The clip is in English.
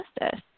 justice